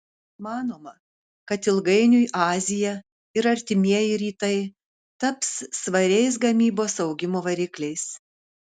manoma kad ilgainiui azija ir artimieji rytai taps svariais gamybos augimo varikliais